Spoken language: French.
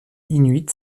inuits